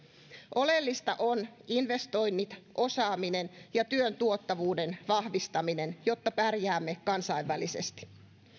oleellista on investoinnit osaaminen ja työn tuottavuuden vahvistaminen jotta pärjäämme kansainvälisesti